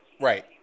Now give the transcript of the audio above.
right